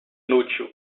inútil